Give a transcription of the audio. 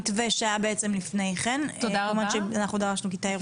האם אנחנו חוזרים למתווה שהיה בעצם לפני כן אנחנו דרשנו כיתה ירוקה.